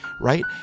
right